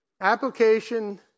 Application